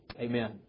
Amen